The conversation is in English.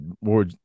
more